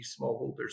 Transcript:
smallholders